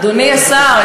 אדוני השר,